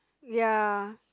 ya